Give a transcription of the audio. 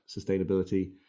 sustainability